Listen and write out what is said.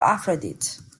aphrodite